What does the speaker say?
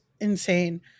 insane